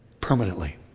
permanently